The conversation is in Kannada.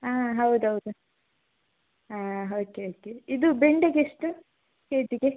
ಹಾಂ ಹೌದೌದು ಹಾಂ ಓಕೆ ಓಕೆ ಇದು ಬೆಂಡೆಗೆಷ್ಟು ಕೇಜಿಗೆ